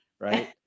Right